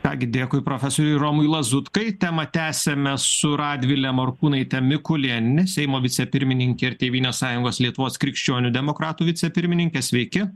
ką gi dėkui profesoriui romui lazutkai temą tęsiame su radvile morkūnaite mikulėniene seimo vicepirmininke ir tėvynės sąjungos lietuvos krikščionių demokratų vicepirmininke sveiki